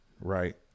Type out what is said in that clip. right